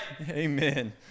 Amen